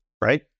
right